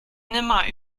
nimmer